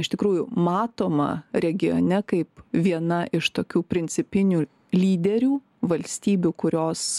iš tikrųjų matoma regione kaip viena iš tokių principinių lyderių valstybių kurios